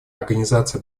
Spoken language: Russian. организации